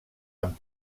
amb